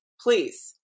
please